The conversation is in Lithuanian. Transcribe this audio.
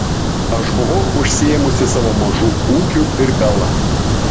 aš buvau užsiėmusi savo mažu ūkiu ir bela